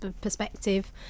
perspective